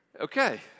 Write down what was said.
okay